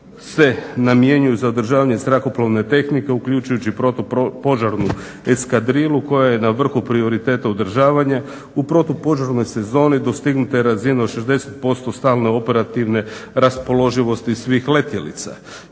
se namjenjuju za održavanje zrakoplovne tehnike uključujući i protu požarnu eskadrilu koja je na vrhu prioriteta održavanja. U protu požarnoj sezoni dostignuta je razina od 60% stalne operativne raspoloživosti svih letjelica.